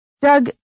Doug